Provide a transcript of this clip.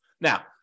Now